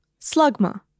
Slugma